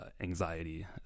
anxiety